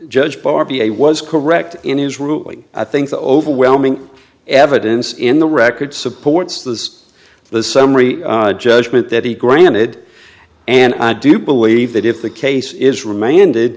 judge bar b a was correct in his ruling i think the overwhelming evidence in the record supports this the summary judgment that he granted and i do believe that if the case is remanded